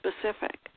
specific